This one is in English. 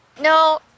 No